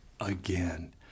again